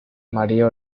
maría